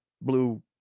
blue